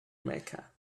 mecca